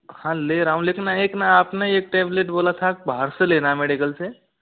हाँ ले रहा हूँ लेकिन मैं एक ना आपने एक टेबलेट बोला था बाहर से लेना है मेडिकल से